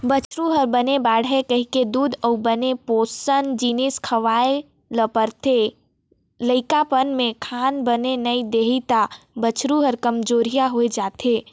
बछरु ह बने बाड़हय कहिके दूद अउ बने पोसन जिनिस खवाए ल परथे, लइकापन में खाना बने नइ देही त बछरू ह कमजोरहा हो जाएथे